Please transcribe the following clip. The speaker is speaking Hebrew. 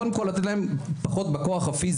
קודם כל לתת להן להתמודד עם פחות במובן הפיזי,